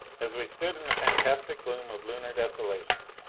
as we stood in the fantastic gloom of lunar desolation,